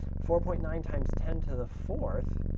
four point nine times ten to the fourth